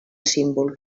símbol